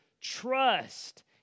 trust